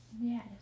Yes